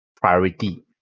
priority